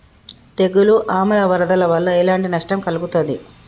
తెగులు ఆమ్ల వరదల వల్ల ఎలాంటి నష్టం కలుగుతది?